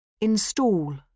Install